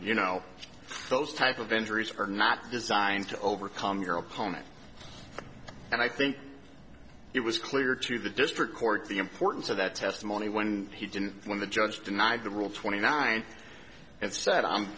you know those type of injuries are not designed to overcome your opponent and i think it was clear to the district court the importance of that testimony when he didn't when the judge denied the rule twenty nine and said i'm